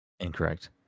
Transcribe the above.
Incorrect